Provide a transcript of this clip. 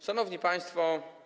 Szanowni Państwo!